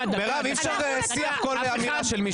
מירב, אי אפשר לנהל שיח על כל אמירה של מישהו.